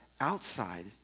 outside